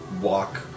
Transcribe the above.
walk